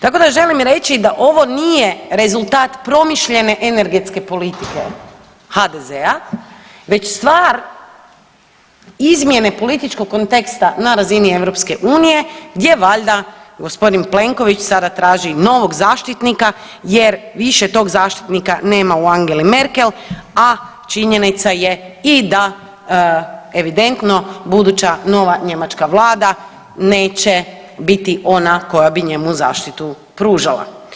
Tako da želim reći da ovo nije rezultat promišljene energetske politike HDZ-a već stvar izmjene političkog konteksta na razini EU gdje valjda g. Plenković sada traži novog zaštitnika jer više tog zaštitnika nema u Angeli Merkel, a činjenica je i da evidentno buduća nova njemačka vlada neće biti ona koja bi njemu zaštitu pružala.